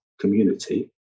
community